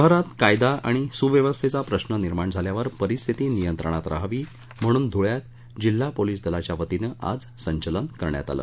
शहरात कायदा आणि सुव्यवस्थेचा प्रश्र निर्माण झाल्यावर परिस्थिती नियंत्रणात राहावी म्हणून धुळ्यात जिल्हा पोलीस दलाच्यावतीनं आज संचलन करण्यात आलं